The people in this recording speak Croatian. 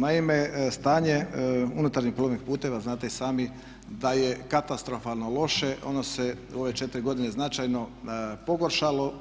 Naime, stanje unutarnjih plovnih puteva znate i sami da je katastrofalno loše ono se u ove 4 godine značajno pogoršalo,